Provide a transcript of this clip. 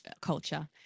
culture